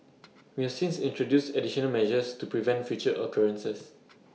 we have since introduced additional measures to prevent future occurrences